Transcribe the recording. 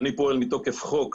אני פועל מתוקף חוק,